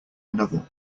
another